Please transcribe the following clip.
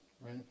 right